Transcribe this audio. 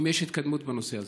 אם יש התקדמות בנושא הזה.